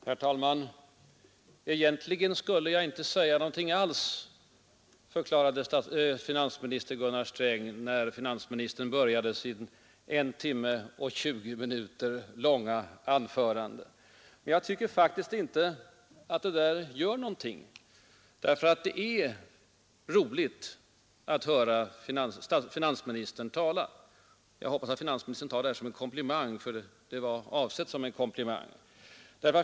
Herr talman! Egentligen skulle jag inte säga någonting alls, förklarade finansminister Gunnar Sträng när finansministern här började sitt 1 timme 20 minuter långa anförande. Men jag tänker faktiskt inte klaga över längden på hans anförande, eftersom det är roligt att höra finansministern tala. Jag hoppas att finansministern tar det som en komplimang, ty det är avsett som en sådan.